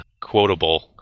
quotable